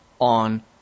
on